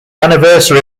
anniversary